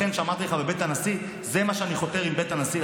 לכן אמרתי לך בבית הנשיא שזה מה שאני חותר אליו עם בית הנשיא,